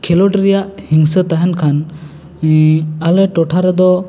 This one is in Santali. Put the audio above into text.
ᱠᱷᱮᱞᱳᱰ ᱨᱮᱭᱟᱜ ᱦᱤᱝᱥᱟ ᱛᱟᱦᱮᱱ ᱠᱷᱟᱱ ᱟᱞᱮ ᱴᱚᱴᱷᱟ ᱨᱮᱫᱚ